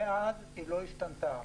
מאז היא לא השתנתה.